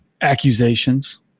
accusations